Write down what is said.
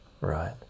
right